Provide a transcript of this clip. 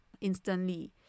instantly